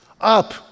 Up